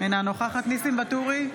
אינה נוכחת ניסים ואטורי,